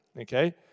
okay